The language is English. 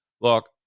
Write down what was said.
Look